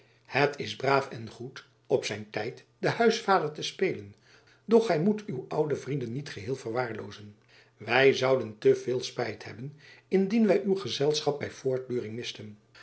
het is braaf en goed op zijn tijd den huisvader te spelen doch gy moet uw oude vrienden niet geheel verwaarlozen wy zouden te veel spijt hebben indien wy uw gezelschap by voortduring misten